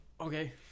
Okay